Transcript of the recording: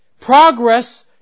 Progress